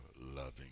loving